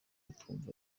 twumva